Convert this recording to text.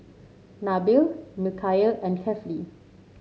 Nabil Mikhail and Kefli